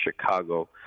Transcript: Chicago